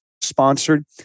sponsored